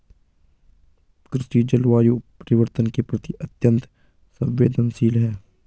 कृषि जलवायु परिवर्तन के प्रति अत्यंत संवेदनशील है